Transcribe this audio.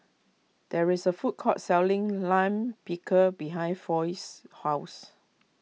there is a food court selling Lime Pickle behind Foy's house